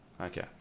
okay